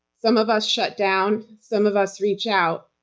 some of us shut down. some of us reach out.